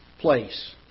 place